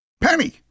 Penny